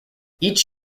each